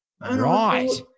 Right